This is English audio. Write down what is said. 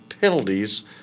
penalties